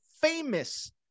famous